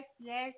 yes